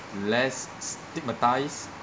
less stigmatized